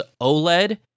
OLED